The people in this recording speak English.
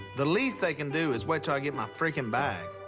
the least they can do is wait till i get my freakin' bag.